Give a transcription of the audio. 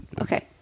okay